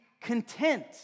content